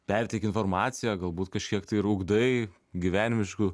perteiki informaciją galbūt kažkiek tai ir ugdai gyvenimiškų